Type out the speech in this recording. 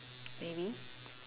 maybe